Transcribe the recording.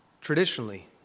traditionally